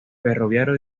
ferroviario